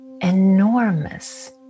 enormous